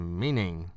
meaning